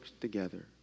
together